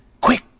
Quick